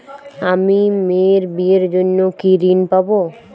আমি মেয়ের বিয়ের জন্য কি ঋণ পাবো?